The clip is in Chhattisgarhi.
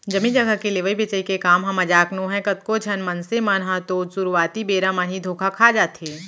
जमीन जघा के लेवई बेचई के काम ह मजाक नोहय कतको झन मनसे मन ह तो सुरुवाती बेरा म ही धोखा खा जाथे